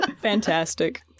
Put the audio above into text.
Fantastic